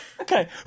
Okay